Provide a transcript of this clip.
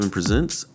Presents